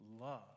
Love